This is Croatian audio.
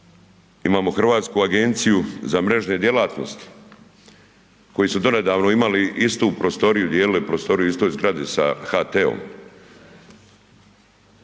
Imamo Hrvatsku agenciju za mrežne djelatnosti koji su donedavno imali istu prostoriju, dijelili prostoriju u istoj zgradi sa HT-om.